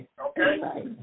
Okay